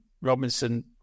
Robinson